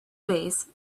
vase